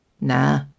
Nah